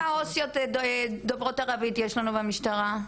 עו"סיות דוברות ערבית יש לנו במשטרה?